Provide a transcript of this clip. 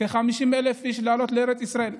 כ-50,000 אנשים עלו לארץ ישראל.